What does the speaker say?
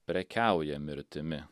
prekiauja mirtimi